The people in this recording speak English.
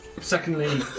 Secondly